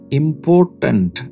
important